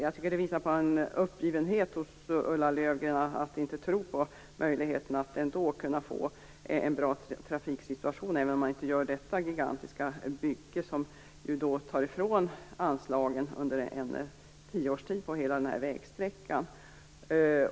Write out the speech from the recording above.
Jag tycker att det visar på en uppgivenhet hos Ulla Löfgren när hon inte tror på möjligheten att ändå kunna få en bra trafiksituation, även om man inte genomför detta gigantiska bygge som ju tar anslagen under en tioårsperiod för hela den här vägsträckan.